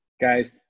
Guys